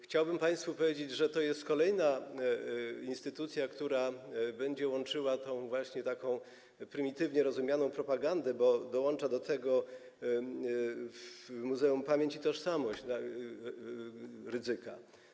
Chciałbym państwu powiedzieć, że jest kolejna instytucja, która będzie łączyła właśnie taką prymitywnie rozumianą propagandę, bo dołącza do tego Muzeum Pamięć i Tożsamość Rydzyka.